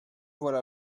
voilà